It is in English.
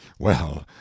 Well